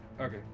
okay